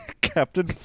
Captain